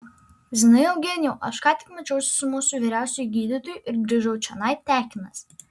zinai eugenijau aš ką tik mačiausi su mūsų vyriausiuoju gydytoju ir grįžau čionai tekinas